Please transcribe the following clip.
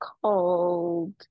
called